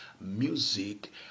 music